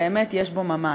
באמת יש בו ממש.